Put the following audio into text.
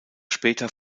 später